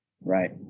right